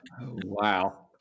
Wow